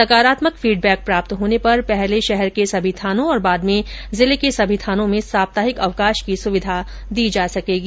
सकारात्मक फीडबैक प्राप्त होने पर पहले शहर के सभी थानों और बाद में जिले के सभी थानों में साप्ताहिक अवकाश की सुविधा दी जा सकेगी